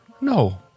No